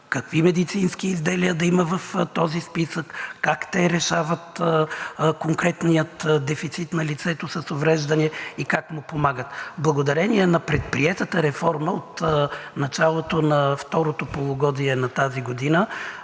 какви медицински изделия да има в този списък, как те решават конкретния дефицит на лицето с увреждания и как му помагат. Благодарение на предприетата реформа от началото на второто полугодие на тази година